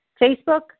Facebook